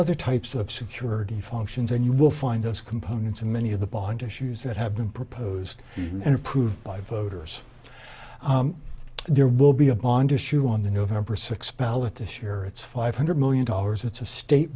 other types of security functions and you will find those components and many of the bond issues that have been proposed and approved by voters there will be a bond issue on the november sixth ballot this year it's five hundred million dollars it's a state